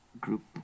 group